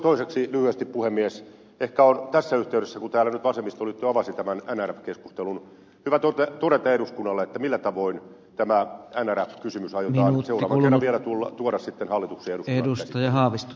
toiseksi lyhyesti puhemies ehkä tässä yhteydessä kun täällä nyt vasemmistoliitto avasi tämän nrf keskustelun on hyvä todeta eduskunnalle millä tavoin nrf kysymys aiotaan seuraavan kerran vielä tuoda hallituksen ja eduskunnan käsittelyyn